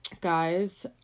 guys